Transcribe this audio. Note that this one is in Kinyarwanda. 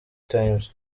times